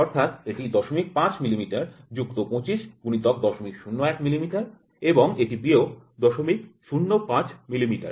অর্থাৎ এটি ০৫ মিলিমিটার যুক্ত ২৫ গুণিতক ০০১ মিলিমিটার এবং এটি বিয়োগ ০০৫মিলিমিটার